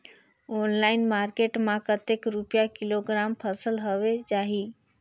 Online market मां कतेक रुपिया किलोग्राम फसल हवे जाही?